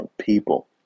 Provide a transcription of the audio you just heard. people